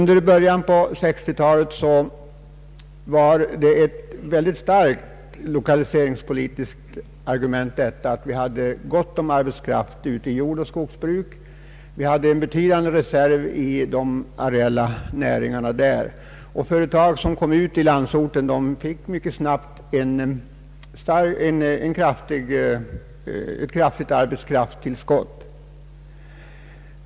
Det faktum att det fanns gott om arbetskraft inom jordoch skogsbruket, att det alltså fanns en betydande arbetskraftsreserv i de areella näringarna, var i början av 1960-talet ett mycket starkt lokaliseringspolitiskt argument. Företag som flyttade ut i landsorten fick också mycket snabbt ett kraftigt arbetskraftstillskott.